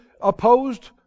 opposed